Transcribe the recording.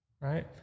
Right